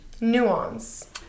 nuance